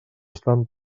estan